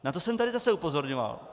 Na to jsem tady zase upozorňoval.